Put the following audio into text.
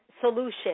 solution